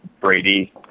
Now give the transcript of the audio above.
Brady